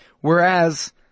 Whereas